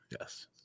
Yes